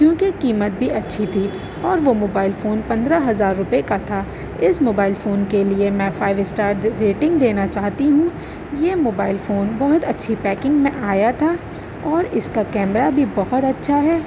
کیونکہ قیمت بھی اچھی تھی اور وہ موبائل فون پندرہ ہزار روپیے کا تھا اس موبائل فون کے لیے میں فائیو اسٹار ریٹنگ دینا چاہتی ہوں یہ موبائل فون بہت اچھی پیکنگ میں آیا تھا اور اس کا کیمرہ بھی بہت اچھا ہے